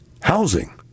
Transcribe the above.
housing